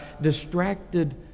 distracted